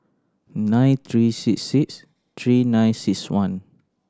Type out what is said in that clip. nine three six six three nine six one